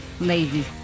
lazy